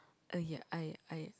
oh ya I I